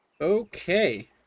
Okay